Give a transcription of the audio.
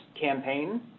campaign